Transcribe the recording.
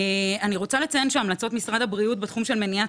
אני רוצה לציין שהמלצות משרד הבריאות בתחום של מניעת